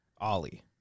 Ollie